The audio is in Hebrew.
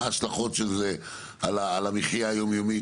מה ההשלכות של זה על המחיה היום יומית,